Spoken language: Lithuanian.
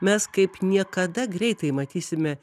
mes kaip niekada greitai matysime